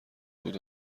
بود